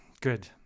good